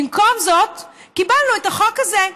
במקום זאת קיבלנו את החוק הזה,